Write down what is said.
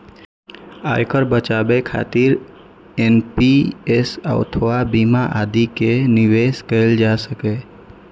आयकर बचाबै खातिर एन.पी.एस अथवा बीमा आदि मे निवेश कैल जा सकैए